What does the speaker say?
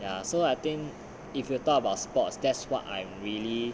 ya so I think if you talk about sports that's what I'm really